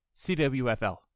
CWFL